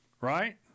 Right